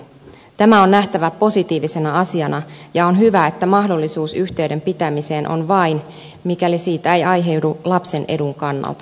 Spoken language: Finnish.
tämä on nähtävä positiivisena asiana ja on hyvä että mahdollisuus yhteyden pitämiseen on vain mikäli siitä ei aiheudu lapsen edun kannalta haittaa